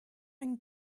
une